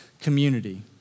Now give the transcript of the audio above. community